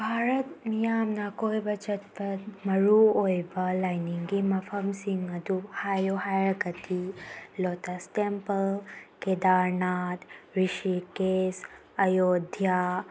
ꯚꯥꯔꯠ ꯃꯤꯌꯥꯝꯅ ꯀꯣꯏꯕ ꯆꯠꯄ ꯃꯔꯨ ꯑꯣꯏꯕ ꯂꯥꯏꯅꯤꯡꯒꯤ ꯃꯐꯝꯁꯤꯡ ꯑꯗꯨ ꯍꯥꯏꯌꯣ ꯍꯥꯏꯔꯒꯗꯤ ꯂꯣꯇꯁ ꯇꯦꯝꯄꯜ ꯀꯦꯗꯔꯅꯥꯊ ꯔꯤꯁꯤꯀꯦꯁ ꯑꯌꯣꯙ꯭ꯌꯥ